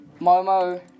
Momo